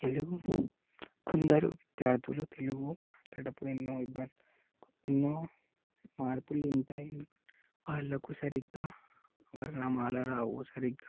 తెలుగు కొందరు విద్యార్థులు తెలుగు మాట్లాడేటప్పుడు ఎన్నో ఇబ్బందులు ఎన్నో మార్పులు ఉంటాయి వాళ్ళకు సరిగా వర్ణమాల రావు సరిగా